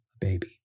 baby